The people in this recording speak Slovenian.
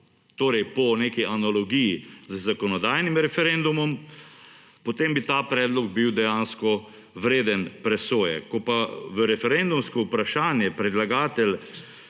torej po neki analogiji z zakonodajnim referendum, potem bi ta predlog bil dejansko vreden presoje. Ko pa v referendumsko vprašanje predlagatelj